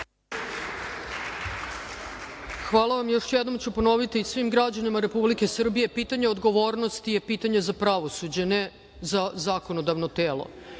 Hvala vam. Još jednom ću ponoviti i svim građanima Republike Srbije pitanje odgovornosti je pitanje za pravosuđe, ne za zakonodavno telo.